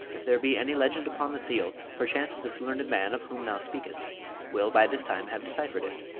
if there be any legend upon the seal, perchance this learned man of whom thou speakest will by this time have deciphered it?